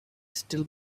still